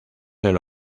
del